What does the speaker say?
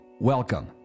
Welcome